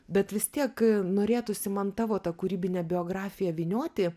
bet vis tiek norėtųsi man tavo tą kūrybinę biografiją vynioti